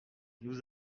nous